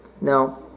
Now